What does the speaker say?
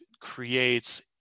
creates